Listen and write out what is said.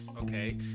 okay